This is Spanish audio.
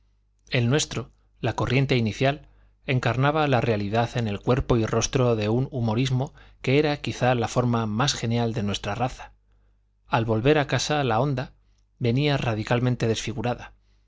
el nuestro la corriente inicial encarnaba la realidad en el cuerpo y rostro de un humorismo que era quizás la forma más genial de nuestra raza al volver a casa la onda venía radicalmente desfigurada